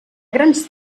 grans